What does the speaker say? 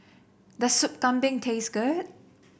does Sup Kambing taste good